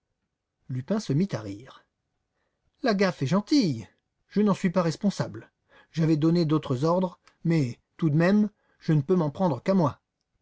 lupin se mit à rire la gaffe est gentille je n'en suis pas responsable j'avais donné d'autres ordres mais tout de même je ne peux m'en prendre qu'à moi